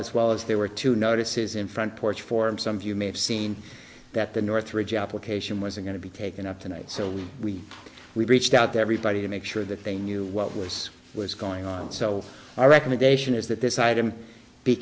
as well as they were to notices in front porch form some of you may have seen that the northridge application was going to be taken up tonight so we reached out to everybody to make sure that they knew what was was going on so our recommendation is that this item be